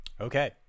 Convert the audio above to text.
Okay